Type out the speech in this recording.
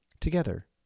Together